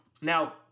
Now